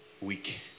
week